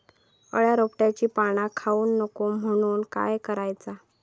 अळ्या रोपट्यांची पाना खाऊक नको म्हणून काय करायचा?